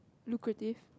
lucrative